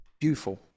Beautiful